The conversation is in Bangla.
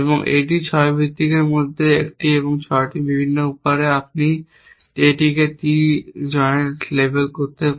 এটি 6টি ভিত্তির মধ্যে একটি এবং 6টি ভিন্ন উপায়ে আপনি এটিকে T জয়েন্ট লেবেল করতে পারেন